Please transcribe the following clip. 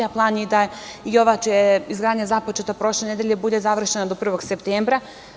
Plan je da i ova, čija je izgradnja započeta prošle nedelje, bude završena do 1. septembra.